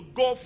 go